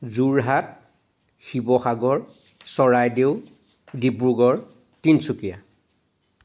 Jorhat Sivasagar Charaideo Dibrugarh Tinsukia